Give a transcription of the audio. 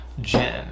Jen